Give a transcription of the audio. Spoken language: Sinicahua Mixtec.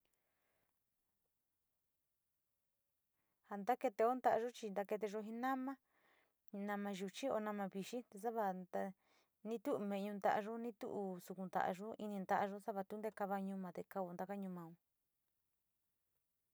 Ja ntakeeteo nta´ayo, nta keteyo ji nama, nama yuchi, nama vixi, ni tu´u meñu ntaayo, ni tu´u suku nta´ayo, ini nta´ayo, sava tu ntee kava ñuma te kavao taka ñumau.